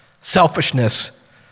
selfishness